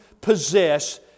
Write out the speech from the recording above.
possess